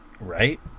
right